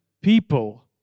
people